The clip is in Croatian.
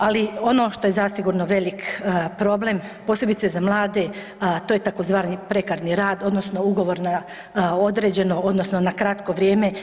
Ali ono što je zasigurno veliki problem posebice za mlade to je tzv. prekarni rad odnosno ugovor na određeno odnosno na kratko vrijeme.